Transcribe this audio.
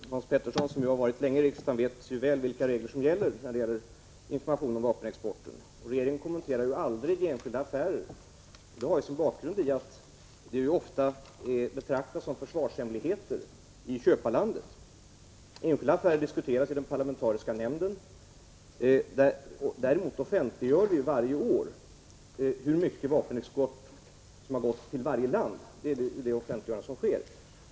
Herr talman! Hans Petersson i Hallstahammar, som ju har varit länge i riksdagen, vet väl vilka regler som gäller beträffande information om vapenexporten. Regeringen kommenterar ju aldrig enskilda affärer. Det har sin bakgrund i att affärerna ofta betraktas som försvarshemligheter i köparlandet. Enskilda affärer diskuteras i den parlamentariska nämnden. Däremot offentliggör vi varje år hur stor vapenexport som har gått till varje land. Det är det offentliggörande som sker.